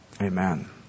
Amen